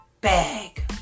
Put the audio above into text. bag